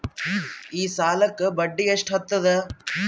ಈ ಸಾಲಕ್ಕ ಬಡ್ಡಿ ಎಷ್ಟ ಹತ್ತದ?